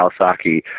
Kawasaki